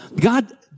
god